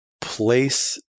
place